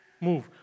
move